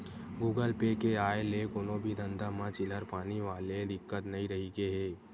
Google pay के आय ले कोनो भी धंधा म चिल्हर पानी वाले दिक्कत नइ रहिगे हे